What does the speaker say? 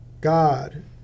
God